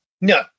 no